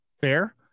fair